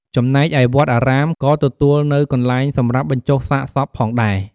ចំណែកឯវត្តអារាម ក៏ទទួលនៅកន្លែងសម្រាប់បញ្ចុះសាកសពផងដែរ។